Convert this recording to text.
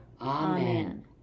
Amen